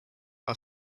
are